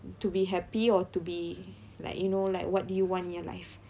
to be happy or to be like you know like what do you want in your life